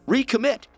Recommit